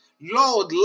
Lord